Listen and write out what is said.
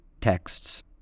texts